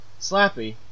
Slappy